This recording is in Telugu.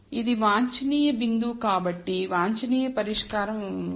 ఇది వాంఛనీయ బిందువు కాబట్టి వాంఛనీయ పరిష్కారం 1